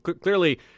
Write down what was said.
clearly